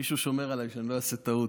מישהו שומר עליי שאני לא אעשה טעות.